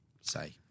say